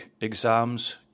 exams